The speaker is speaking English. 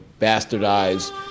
bastardized